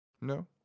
No